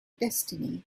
destiny